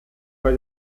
bei